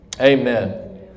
Amen